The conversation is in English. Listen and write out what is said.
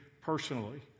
personally